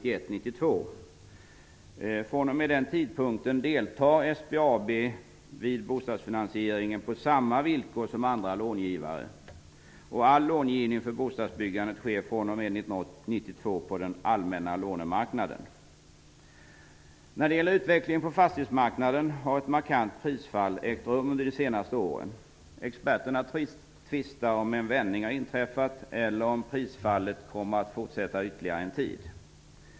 SBAB deltar vid bostadsfinansieringen från den tidpunkten på samma villkor som andra långivare. All långivning för bostadsbyggandet sker fr.o.m. 1992 på den allmänna lånemarknaden. När det gäller utvecklingen på fastighetsmarknaden har ett markant prisfall ägt rum under de senaste åren. Experterna tvistar om en vändning har inträffat eller om prisfallet kommer att fortsätta ytterligare en tid.